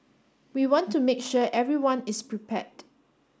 we want to make sure everyone is prepared